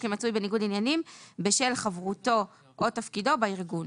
כמצוי בניגוד עניינים בשל חברותו או תפקידו בארגון